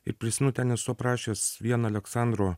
ir prisimenu ten esu aprašęs vieną aleksandro